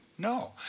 No